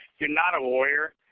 you're not a lawyer.